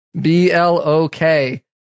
B-L-O-K